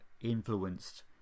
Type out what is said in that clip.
influenced